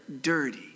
dirty